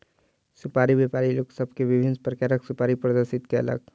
सुपाड़ी व्यापारी लोक सभ के विभिन्न प्रकारक सुपाड़ी प्रदर्शित कयलक